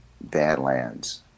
Badlands